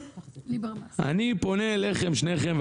אני פונה אליכם שניכם,